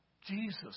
Jesus